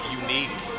unique